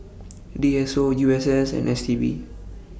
D S O U S S and S T B